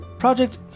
Project